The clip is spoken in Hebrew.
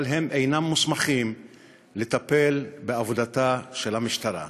אבל הם אינם מוסמכים לטפל בעבודתה של המשטרה.